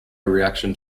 reaction